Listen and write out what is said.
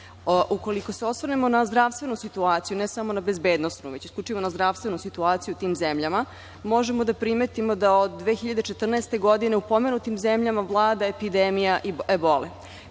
Ukoliko se osvrnemo na zdravstvenu situaciju, ne samo na bezbednosnu, već isključivo na zdravstvenu situaciju u tim zemljama, možemo da primetimo da od 2014. godine u pomenutim zemljama vlada epidemija ebole. Kao